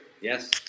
Yes